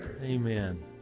Amen